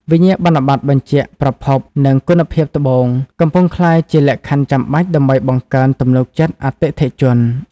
វិញ្ញាបនបត្របញ្ជាក់ប្រភព និងគុណភាពត្បូង កំពុងក្លាយជាលក្ខខណ្ឌចាំបាច់ដើម្បីបង្កើនទំនុកចិត្តអតិថិជន។